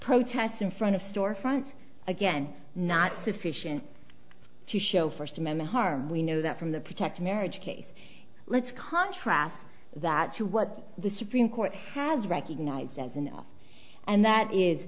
protests in front of store fronts again not sufficient to show first amendment harm we know that from the protect marriage case let's contrast that to what the supreme court has recognized as enough and that is